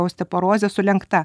osteoporozę sulenkta